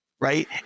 right